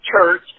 church